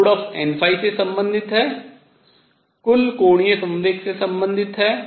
n nn से संबंधित है कुल कोणीय संवेग से संबंधित है